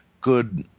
good